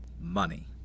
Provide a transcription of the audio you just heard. Money